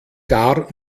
gar